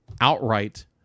outright